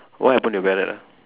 what happen to your parrot ah